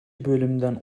bölümden